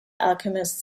alchemist